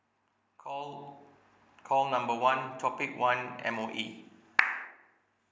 call call number one topic one M_O_E